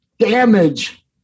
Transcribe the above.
Damage